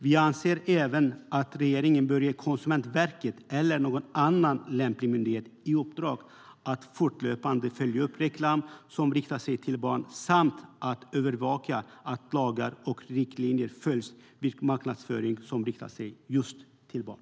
Vi anser även att regeringen bör ge Konsumentverket eller någon annan lämplig myndighet i uppdrag att fortlöpande följa upp reklam som riktar sig till barn samt att övervaka att lagar och riktlinjer följs vid marknadsföring som riktar sig just till barn.